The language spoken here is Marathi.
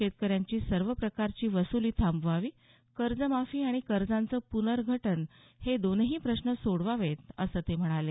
शेतकऱ्यांची सर्व प्रकारची वसुली थांबवावी कर्जमाफी आणि कर्जांचं प्नर्गठन हे दोन्ही प्रश्न सोडवावेत असं ते म्हणाले